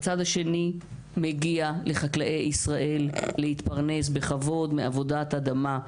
והצד השני מגיע לחקלאי ישראל להתפרנס בכבוד מעבודת אדמה.